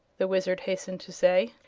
the wizard hastened to say.